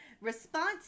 response